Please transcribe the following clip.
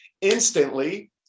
instantly